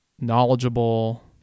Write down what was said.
knowledgeable